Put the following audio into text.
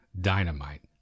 dynamite